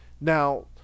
Now